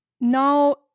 now